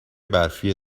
برفی